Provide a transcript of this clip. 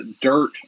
Dirt